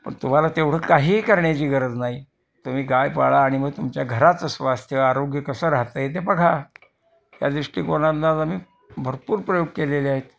पण तुम्हाला तेवढं काहीही करण्याची गरज नाही तुम्ही गाय पाळा आणि मग तुमच्या घराचं स्वास्थ्य आरोग्य कसं राहतं आहे ते बघा या दृष्टिकोनातनं आम्ही भरपूर प्रयोग केलेले आहेत